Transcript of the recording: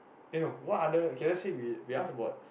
eh no what other okay let's say we we ask about